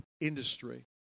industry